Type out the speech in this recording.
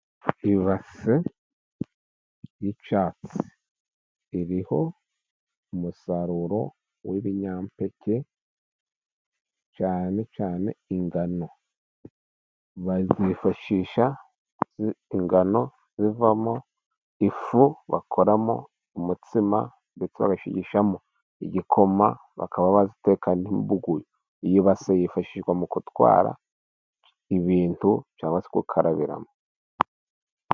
Ibase y'icyatsi iriho umusaruro w'ibinyampeke cyane cyane ingano. Bazifashisha ingano zivamo ifu bakoramo umutsima, ndetse bagashigishamo igikoma, bakaba bazitekamo imbuguyu. Ibase yifashishwa mu gutwara ibintu cyangwa se mu gukarabiramo.